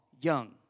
young